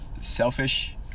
selfish